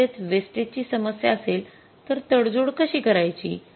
त्या मध्येच वेस्टेज ची समस्या असेल तर तडजोड कशी करायची